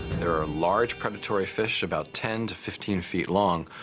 there are large predatory fish, about ten to fifteen feet long,